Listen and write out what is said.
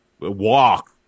walk